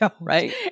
right